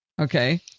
Okay